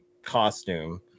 costume